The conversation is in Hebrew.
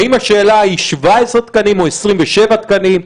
האם השאלה היא 17 תקנים או 27 תקנים?